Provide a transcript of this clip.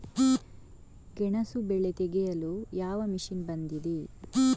ಗೆಣಸು ಬೆಳೆ ತೆಗೆಯಲು ಯಾವ ಮಷೀನ್ ಬಂದಿದೆ?